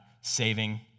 saving